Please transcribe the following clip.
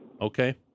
Okay